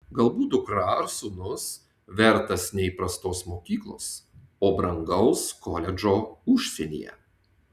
galbūt dukra ar sūnus vertas ne įprastos mokyklos o brangaus koledžo užsienyje